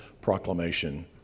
proclamation